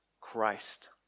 Christ